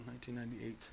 1998